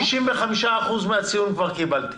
אז 65% מן הציון כבר קיבלתי.